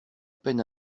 peine